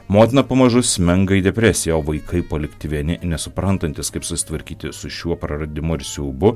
motina pamažu smenga į depresiją o vaikai palikti vieni nesuprantantys kaip susitvarkyti su šiuo praradimu ir siaubu